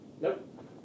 Nope